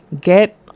get